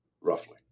roughly